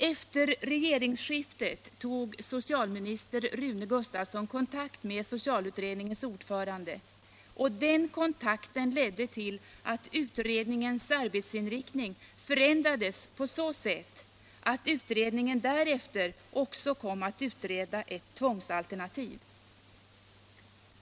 Efter regeringsskiftet tog socialminister Rune Gustavsson kontakt med socialutredningens ordförande, och den kontakten ledde till att utredningens arbetsinriktning förändrades på så sätt att utredningen därefter också kom att utreda ett tvångsalternativ.